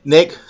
Nick